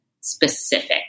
specific